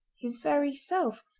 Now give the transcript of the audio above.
his very self,